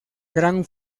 gran